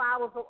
hours